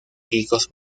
picos